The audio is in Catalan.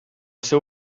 seu